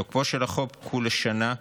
תוקפו של החוק הוא לשנה,